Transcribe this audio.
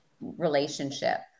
relationship